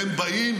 והם באים